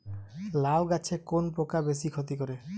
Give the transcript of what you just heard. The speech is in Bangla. লাউ গাছে কোন পোকা বেশি ক্ষতি করে?